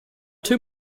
too